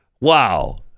Wow